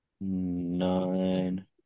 nine